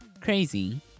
crazy